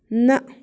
نہَ